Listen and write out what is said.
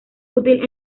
útil